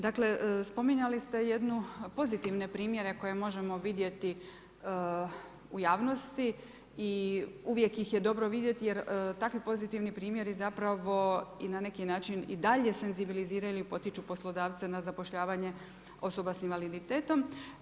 Dakle, spominjali ste jedne pozitivne primjere koje možemo vidjeti u javnosti i uvijek ih je dobro vidjeti jer takvi pozitivni primjeri zapravo i na neki način i dalje senzibiliziraju ili potiču poslodavce na zapošljavanje osoba s invaliditetom.